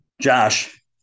Josh